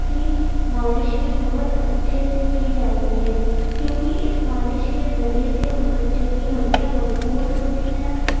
کی مالش بھی بہت اچھے سے کی جاتی ہے کیونکہ اس مالش کے ذریعے سے ان بچوں کی ہڈیاں مضبوط ہوتی ہیں